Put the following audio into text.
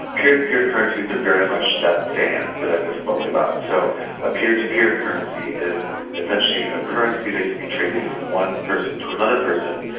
peer-to-peer currencies are very much that sand that i just spoke about. so a peer-to-peer currency is essentially a currency that can be traded from one person to another person,